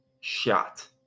shot